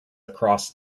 across